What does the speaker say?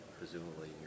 Presumably